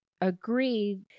agree